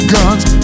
Guns